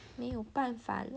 没有办法 lor